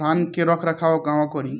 धान के रख रखाव कहवा करी?